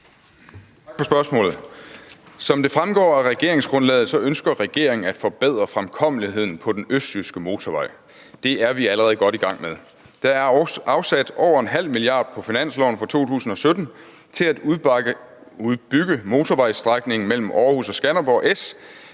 Som det fremgår af regeringsgrundlaget, ønsker regeringen at forbedre fremkommeligheden på den østjyske motorvej. Det er vi allerede godt i gang med. Der er afsat over 0,5 mia. kr. på finansloven for 2017 til at udbygge motorvejsstrækningen mellem Aarhus og Skanderborg S